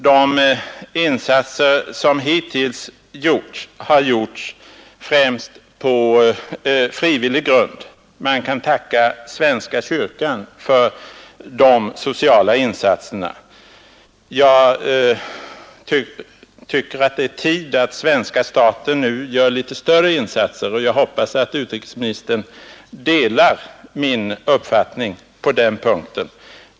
De insatser som hittills förekommit har gjorts främst på frivillig grund, och man kan tacka svenska kyrkan för dessa sociala insatser. Jag tycker att det nu är tid att svenska staten gör litet större insatser och hoppas att utrikesministern delar min uppfattning på denna punkt.